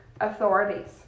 authorities